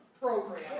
program